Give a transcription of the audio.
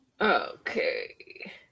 Okay